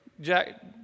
Jack